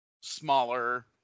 smaller